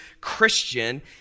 Christian